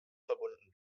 verbunden